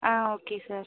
ah okay sir